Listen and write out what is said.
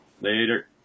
Later